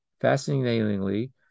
fascinatingly